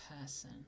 person